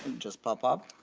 just pop up